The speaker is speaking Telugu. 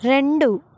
రెండు